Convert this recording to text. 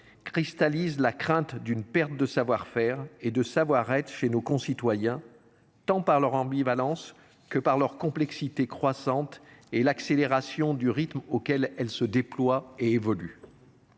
cristallisent les craintes d’une perte de savoir faire et de savoir être chez nos concitoyens, tant par leur ambivalence que par leur complexité croissante et l’accélération du rythme auquel elles se déploient et évoluent.